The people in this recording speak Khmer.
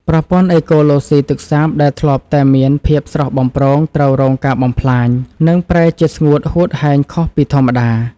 ប្រព័ន្ធអេកូឡូស៊ីទឹកសាបដែលធ្លាប់តែមានភាពស្រស់បំព្រងត្រូវរងការបំផ្លាញ និង ប្រែជាស្ងួតហួតហែងខុសពីធម្មតា។